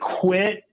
quit